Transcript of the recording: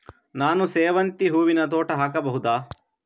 ನಾನು ಸೇವಂತಿ ಹೂವಿನ ತೋಟ ಹಾಕಬಹುದಾ?